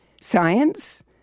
science